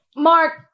Mark